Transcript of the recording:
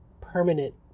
permanent